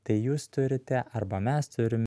tai jūs turite arba mes turim